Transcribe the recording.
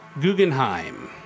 Guggenheim